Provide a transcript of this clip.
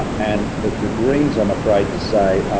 and the the greens, i'm afraid to say,